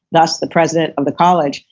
that's the president of the college,